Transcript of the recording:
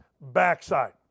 backside